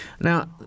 now